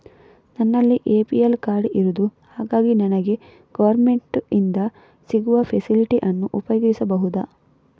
ನನ್ನಲ್ಲಿ APL card ಇರುದು ಹಾಗಾಗಿ ನನಗೆ ಗವರ್ನಮೆಂಟ್ ಇಂದ ಸಿಗುವ ಫೆಸಿಲಿಟಿ ಅನ್ನು ಉಪಯೋಗಿಸಬಹುದಾ?